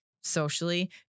socially